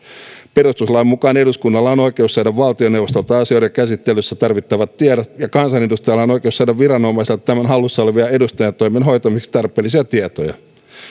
perustuslain mukaan eduskunnalla on oikeus saada valtioneuvostolta asioiden käsittelyssä tarvittavat tiedot ja kansanedustajalla on oikeus saada viranomaiselta tämän hallussa olevia edustajantoimen hoitamiseksi tarpeellisia tietoja